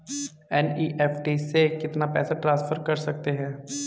NEFT से कितना पैसा ट्रांसफर कर सकते हैं?